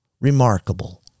remarkable